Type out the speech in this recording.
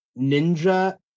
ninja